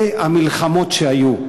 זה המלחמות שהיו.